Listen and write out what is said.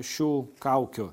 šių kaukių